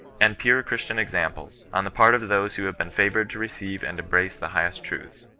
and pure christian examples, on the part of those who have been favoured to receive and embrace the highest truths.